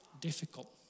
difficult